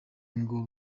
ngo